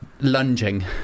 Lunging